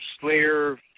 Slayer